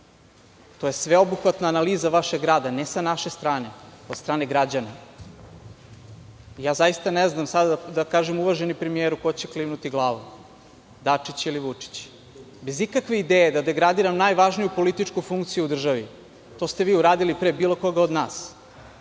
To je sveobuhvatna analiza vašeg rada ne sa naše strane, od strane građana. Zaista ne znam sada da kažem, uvaženi premijeru, ko će klimnuti glavom? Dačić ili Vučić? Bez ikakve ideje da degradiram najvažniju političku funkciju u državi, to ste vi uradili pre bilo koga od nas.